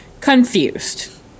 confused